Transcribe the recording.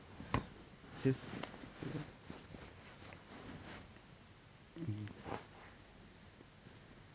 this mm